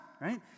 right